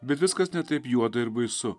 bet viskas ne taip juoda ir baisu